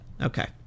Okay